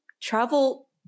travel